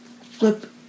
flip